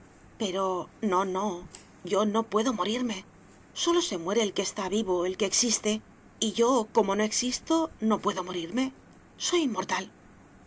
pero no no yo no puedo morirme sólo se muere el que está vivo el que existe y yo como no existo no puedo morirme soy